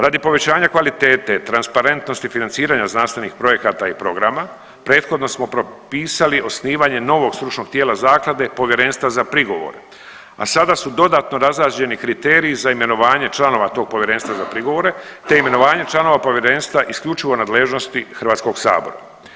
Radi povećanja kvalitete, transparentnosti financiranja znanstvenih projekata i programa prethodno smo propisali osnivanje novog stručnog tijela zaklade povjerenstva za prigovore, a sada su dodatno razrađeni kriteriji za imenovanje članova tog povjerenstva za prigovore te imenovanje članove povjerenstva isključivo u nadležnosti HS-a.